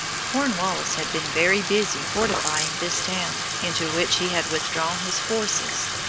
cornwallis had been very busy fortifying this town, into which he had withdrawn his forces.